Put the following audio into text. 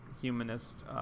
humanist